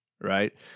Right